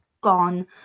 gone